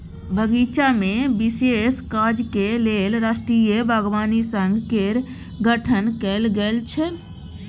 बगीचामे विशेष काजक लेल राष्ट्रीय बागवानी संघ केर गठन कैल गेल छल